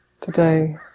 today